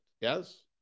Yes